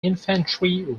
infantry